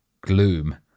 Gloom